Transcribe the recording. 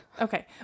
Okay